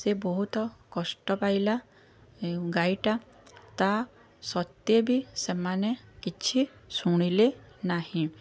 ସେ ବହୁତ କଷ୍ଟ ପାଇଲା ଗାଈଟା ତା ସତ୍ତ୍ୱେ ବି ସେମାନେ କିଛି ଶୁଣିଲେ ନାହିଁ